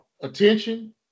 attention